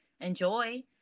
enjoy